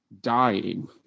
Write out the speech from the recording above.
Dying